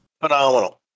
Phenomenal